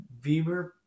Bieber